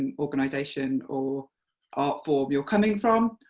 and organisation or art form you're coming from,